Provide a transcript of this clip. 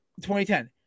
2010